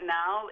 now